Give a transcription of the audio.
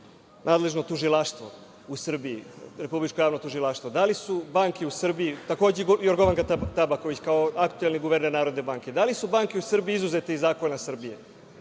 nadležno tužilaštvo u Srbiji, Republičko javno tužilaštvo, a takođe i Jorgovanka Tabaković, kao aktuelni guverner Narodne banke – da li su banke u Srbiji izuzete iz zakona Srbije?